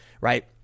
right